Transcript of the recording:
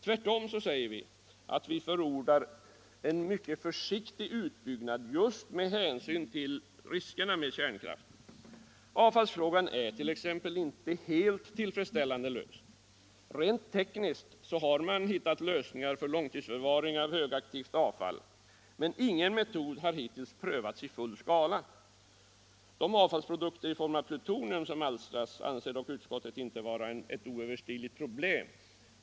Tvärtom förordar vi en mycket försiktig utbyggnad just på grund av riskerna med kärnkraften. Avfallsfrågan t.ex. är inte helt tillfredsställande löst. Rent tekniskt har man hittat lösningar för långtidsförvaring av högaktivt avfall, men ingen metod har hittills prövats i full skala. Den avfallsprodukt i form av plutonium som alstras i ett kärnkraftverk anser dock utskottet inte vara ett oöverstigligt problem.